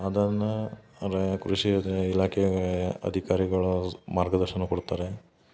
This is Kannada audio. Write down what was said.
ಅದನ್ನ ರ ಕೃಷಿ ಇದು ಇಲಾಖೆಗೆ ಅಧಿಕಾರಿಗಳು ಮಾರ್ಗದರ್ಶನ ಕೊಡ್ತಾರೆ